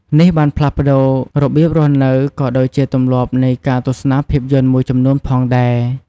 នេះបានផ្លាស់ប្ដូររបៀបរស់នៅ ក៏ដូចជាទម្លាប់នៃការទស្សនាភាពយន្តមួយចំនួនផងដែរ។